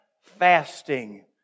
fasting